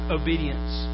obedience